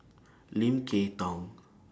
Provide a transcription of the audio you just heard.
Lim Kay Tong